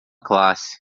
classe